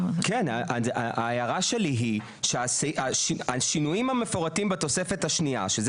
אלא אם כן מצאה כי אין די בתוכנית למניעת